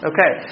Okay